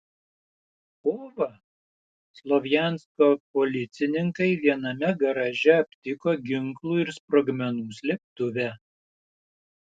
kovą slovjansko policininkai viename garaže aptiko ginklų ir sprogmenų slėptuvę